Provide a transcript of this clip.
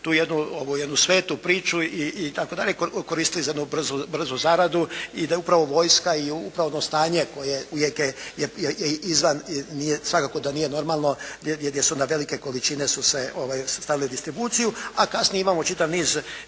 tu jednu svetu priču itd. koristili za jednu brzu zaradu i da je upravo vojska i …/Govornik se ne razumije./… stanje koje uvijek je izvan, svakako da nije normalno jer velike količine su se stavile u distribuciju. A kasnije imamo čitav niz,